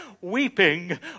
weeping